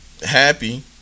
happy